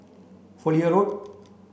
Fowlie Road